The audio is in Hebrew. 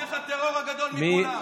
תומך הטרור הגדול מכולם.